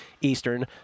Eastern